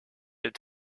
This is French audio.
est